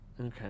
Okay